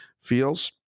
feels